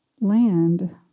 land